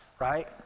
right